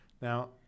Now